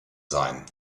sein